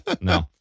No